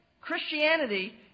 Christianity